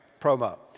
promo